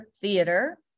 Theater